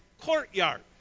courtyard